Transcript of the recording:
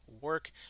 work